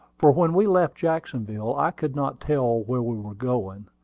for when we left jacksonville i could not tell where we were going,